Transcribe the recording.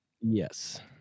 Yes